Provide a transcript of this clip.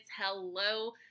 hello